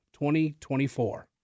2024